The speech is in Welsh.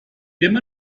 ddim